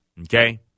Okay